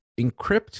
encrypt